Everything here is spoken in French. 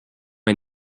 est